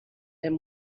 him